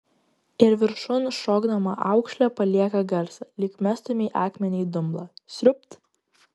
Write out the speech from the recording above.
ir viršun šokdama aukšlė palieka garsą lyg mestumei akmenį į dumblą sriubt